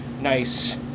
nice